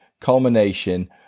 culmination